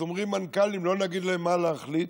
אז אומרים מנכ"לים לא להגיד להם מה להחליט.